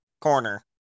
corner